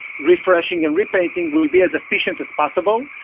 refreshing and repainting will be as efficient as possible.